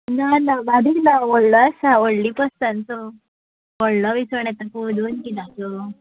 ना ना बारीक ना व्हडलो आसा व्हडली पोस्तांचो व्हडलो इस्वण येता पळय दोन किलांचो